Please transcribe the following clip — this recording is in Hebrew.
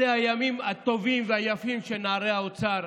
אלה הימים הטובים והיפים של נערי האוצר,